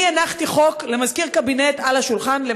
אני הנחתי חוק למזכיר קבינט על השולחן של